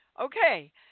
Okay